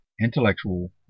intellectual